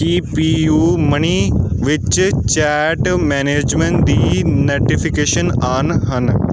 ਕੀ P U money ਵਿੱਚ chat management ਦੀ notifications on ਹਨ